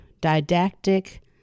didactic